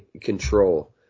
control